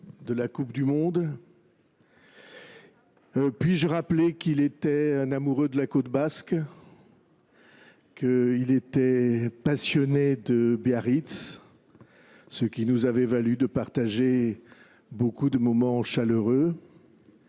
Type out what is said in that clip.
de la coupe du monde. Puis je rappeler qu’il était un amoureux de la côte basque et qu’il était passionné de Biarritz ? Cela nous a valu de partager de nombreux moments chaleureux.